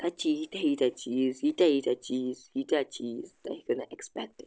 تَتہِ چھِ ییٖتیاہ ییٖتیاہ چیٖز ییٖتیاہ ییٖتیاہ چیٖز ییٖتیاہ چیٖز تُہۍ ہٮ۪کِو نہٕ ایٚکسپیکٹٕے